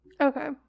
Okay